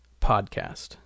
podcast